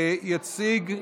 יציג,